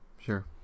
Sure